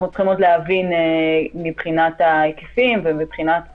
אנחנו צריכים עוד להבין מבחינת ההיקפים ומבחינת המשמעות.